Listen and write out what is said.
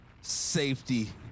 safety